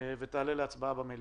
ותעלה להצבעה במליאה.